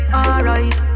alright